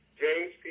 James